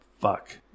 fuck